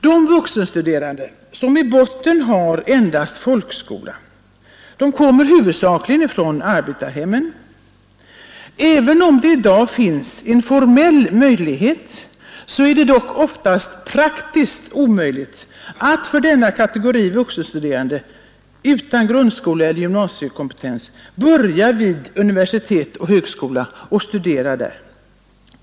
De vuxenstuderande som i botten har endast folkskola kommer huvudsakligen från arbetarhem. Även om det i dag finns en formell möjlighet är det dock oftast praktiskt omöjligt att för denna kategori vuxenstuderande, som saknar grundskoleeller gymnasiekompetens, börja studera vid universitet eller högskolor.